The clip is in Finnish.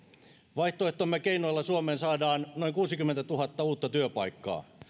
vaihtoehtomme keinoilla suomeen saadaan noin kuusikymmentätuhatta uutta työpaikkaa